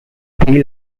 three